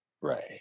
Right